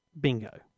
bingo